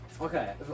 okay